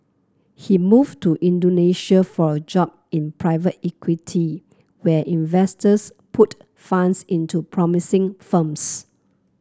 he moved to Indonesia for a job in private equity where investors put funds into promising firms